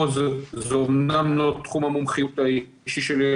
פה זה אומנם לא תחום המומחיות האישי שלי,